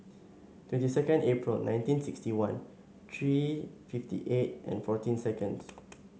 twenty second April nineteen sixty one three fifty eight and fourteen seconds